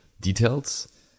details